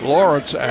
Lawrence